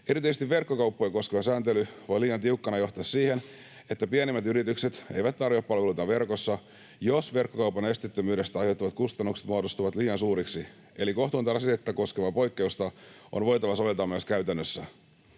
Erityisesti verkkokauppoja koskeva sääntely voi liian tiukkana johtaa siihen, että pienemmät yritykset eivät tarjoa palveluitaan verkossa, jos verkkokaupan esteettömyydestä aiheutuvat kustannukset muodostuvat liian suuriksi. Eli kohtuutonta rasitetta koskevaa poikkeusta on voitava soveltaa myös käytännössä.